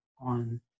on